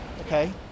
okay